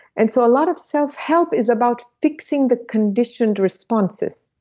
and so a lot of self-help is about fixing the conditioned responses,